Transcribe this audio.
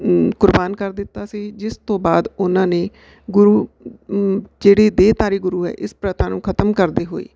ਕੁਰਬਾਨ ਕਰ ਦਿੱਤਾ ਸੀ ਜਿਸ ਤੋਂ ਬਾਅਦ ਉਹਨਾਂ ਨੇ ਗੁਰੂ ਜਿਹੜੇ ਦੇਹਧਾਰੀ ਗੁਰੂ ਹੈ ਇਸ ਪ੍ਰਥਾ ਨੂੰ ਖਤਮ ਕਰਦੇ ਹੋਏ